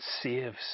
saves